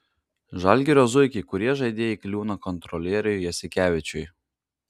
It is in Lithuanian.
žalgirio zuikiai kurie žaidėjai kliūna kontrolieriui jasikevičiui